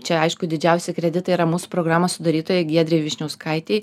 čia aišku didžiausi kreditai yra mūsų programos sudarytojai giedrei vyšniauskaitei